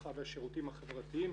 הרווחה והשירותים החברתיים,